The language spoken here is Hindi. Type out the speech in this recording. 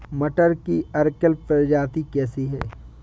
मटर की अर्किल प्रजाति कैसी है?